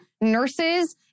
nurses